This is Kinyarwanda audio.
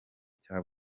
cya